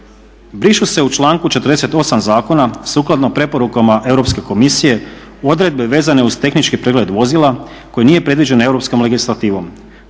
Brišu se u članku 48. Zakona sukladno preporukama Europske komisije odredbe vezane uz tehnički pregled vozila koji nije predviđen europskom legislativom.